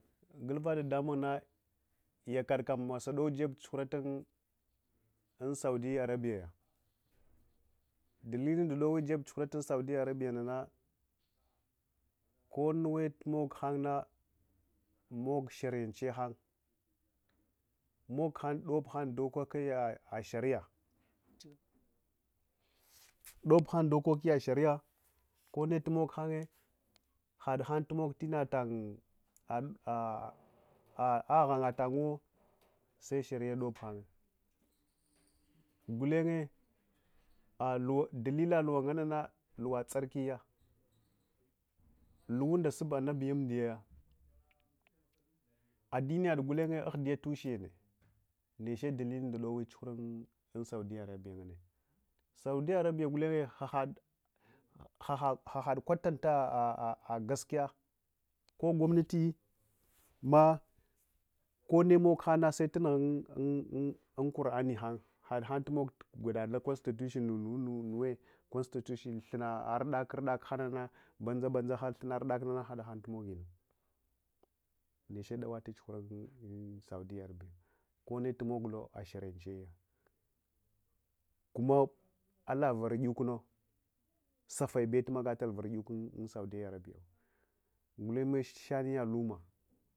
Gulva dadamung na yakadkam dowjeb chughuratang un saudiya arabiyaya dillunda jewi jeb chuguurata un saudiya arablyanana konnuwe tumo ghang nah mog sharyanche hang moghang dobhang dokoiya shariya dobghan dokokishanya konnemoghanye hadhang tumog inalang ad'ah ah aghantanguwo sesharife dobhang gulenyt luwa dihllyluwa nganang luwa tsarlsys luwundr sub amna umdiyaya addiniyad gulenye agndiys tushenn necht dillinds dowi dachugwmn un sodiya arbiya ngannt saudiya arabiys gulenye ghaghaghaghad lwalanls ah'ah gasosiys kogomna konne moghanma tunughun kur'ani ghang hhang lumog gwidala consuhn nunu nanowen thunns ah ardakf urdels hanana ban banzaghs thuns urdclinans hadhang tumoginuwa neche dawat, chughura un un saudiya arablya konnt tumogulo asharianchiya kumma allah varllunno safsi belumagalal vuri urun sodiya arabiya guleng shaniya lumma